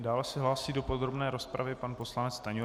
Dále se hlásí do podrobné rozpravy pan poslanec Stanjura.